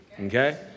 okay